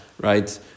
right